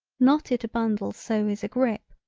not it a bundle so is a grip,